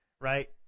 right